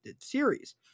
series